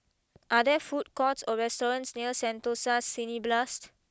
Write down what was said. are there food courts or restaurants near Sentosa Cineblast